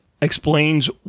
explains